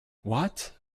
what